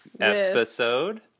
Episode